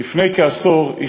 לפני כעשור,